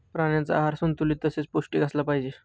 प्राण्यांचा आहार संतुलित तसेच पौष्टिक असला पाहिजे